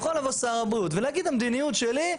יכול לבוא שר הבריאות ולהגיד: המדיניות שלי,